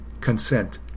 consent